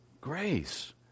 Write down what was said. grace